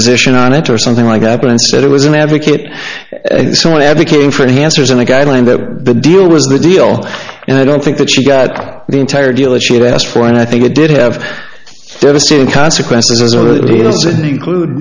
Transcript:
position on it or something like that but instead it was an advocate someone advocating for he answers in a guideline that the deal was the deal and i don't think that she got the entire deal that she had asked for and i think it did have devastating consequences